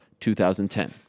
2010